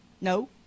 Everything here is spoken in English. No